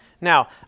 Now